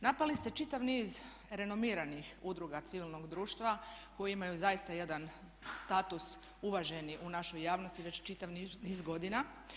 Napali ste čitav niz renomiranih udruga civilnog društva koji imaju zaista jedan status uvaženi u našoj javnosti već čitav niz godina.